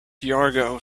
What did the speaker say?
yargo